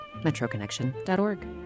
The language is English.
metroconnection.org